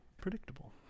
predictable